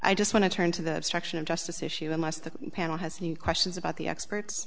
i just want to turn to the struction of justice issue unless the panel has new questions about the experts